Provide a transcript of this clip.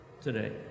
today